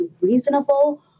reasonable